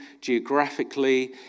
geographically